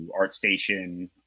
ArtStation